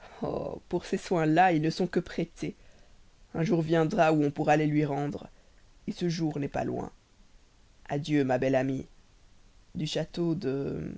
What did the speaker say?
pour ces soins là ils ne sont que prêtés un jour viendra où on pourra les lui rendre ce jour n'est pas loin adieu ma belle amie du château de